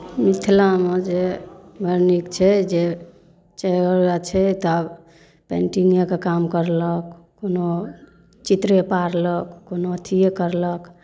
मिथिलामे जे बड़ नीक छै जे चारि गोटाए छै तऽ आब पेन्टिंगेके काम कयलक कोनो चित्रे पारलक कोनो अथिए कयलक